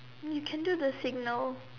you can do the signal